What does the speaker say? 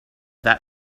that